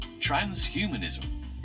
transhumanism